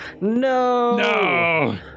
No